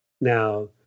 Now